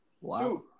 Wow